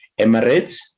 Emirates